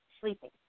sleeping